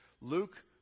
Luke